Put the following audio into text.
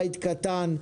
בית קטן.